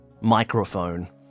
Microphone